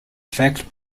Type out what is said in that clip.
fact